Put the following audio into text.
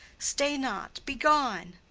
stay not, be gone.